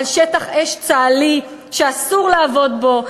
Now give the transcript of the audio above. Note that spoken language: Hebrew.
על שטח אש צה"לי שאסור לעבוד בו,